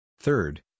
Third